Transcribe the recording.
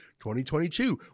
2022